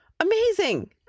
Amazing